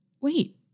wait